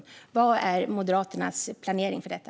Vilken är Moderaternas planering för detta?